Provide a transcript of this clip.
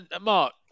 Mark